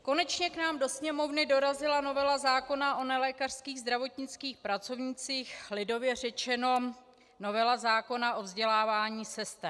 Konečně k nám do Sněmovny dorazila novela zákona o nelékařských zdravotnických pracovnících, lidově řečeno novela zákona o vzdělávání sester.